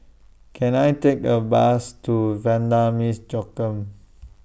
Can I Take A Bus to Vanda Miss Joaquim